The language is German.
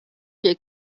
wir